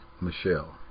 Michelle